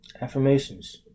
affirmations